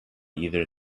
either